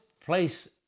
place